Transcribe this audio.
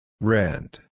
Rent